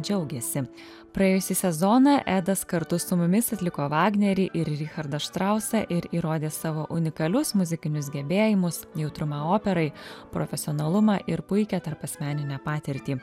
džiaugėsi praėjusį sezoną edas kartu su mumis atliko vagnerį ir richardą štrausą ir įrodė savo unikalius muzikinius gebėjimus jautrumą operai profesionalumą ir puikią tarpasmeninę patirtį